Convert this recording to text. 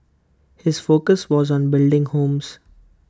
his focus was on building homes